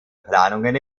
planungen